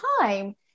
time